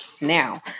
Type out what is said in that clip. Now